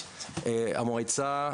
המועצה,